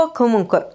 comunque